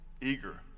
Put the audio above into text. eager